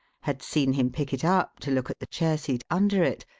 had seen him pick it up to look at the chair seat under it,